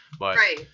Right